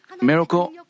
miracle